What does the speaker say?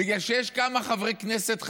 בגלל שיש כמה חברי כנסת חרדים,